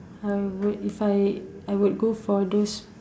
I would if I I would go for those